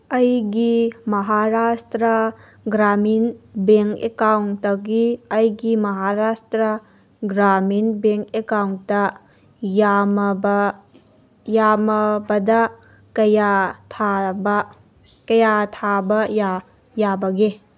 ꯑꯩꯒꯤ ꯃꯍꯥꯔꯥꯁꯇ꯭ꯔ ꯒ꯭ꯔꯥꯃꯤꯟ ꯕꯦꯡ ꯑꯦꯀꯥꯎꯟꯗꯒꯤ ꯑꯩꯒꯤ ꯃꯍꯥꯔꯥꯁꯇ꯭ꯔ ꯒ꯭ꯔꯥꯃꯤꯟ ꯕꯦꯡ ꯑꯦꯀꯥꯎꯟꯗ ꯌꯥꯝꯃꯕꯗ ꯀꯌꯥ ꯊꯥꯕ ꯌꯥꯕꯒꯦ